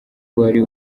wari